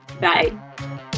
bye